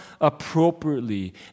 appropriately